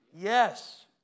Yes